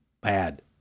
bad